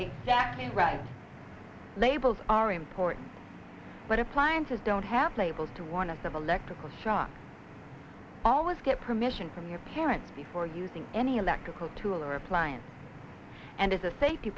exactly right labels are important but appliances don't have labels to warn of the lexical shock always get permission from your parent before using any electrical tool or appliance and as a safety